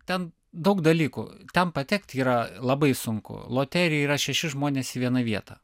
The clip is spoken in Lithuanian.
ten daug dalykų ten patekti yra labai sunku loterija yra šeši žmonės į vieną vietą